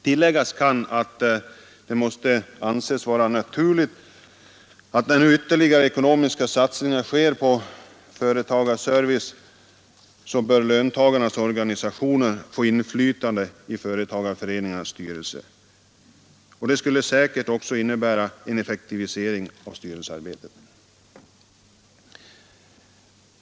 Tilläggas kan att det måste anses vara naturligt att, när nu ytterligare ekonomiska satsningar görs på företagsservice, löntagarnas organisationer bör få inflytande i företagarföreningarnas styrelser. Detta skulle säkerligen också innebära en effektivisering av styrelsearbetet.